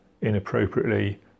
inappropriately